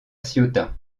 ciotat